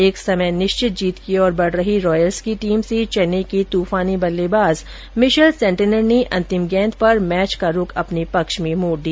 एक समय निश्चित जीत की ओर बढ़ रही रॉयल्स की टीम से चेन्नई के तुफानी बल्लेबाज मिशेल सेंटेनर ने अंतिम गेंद पर मैच का रूख अपने पक्ष में मोड दिया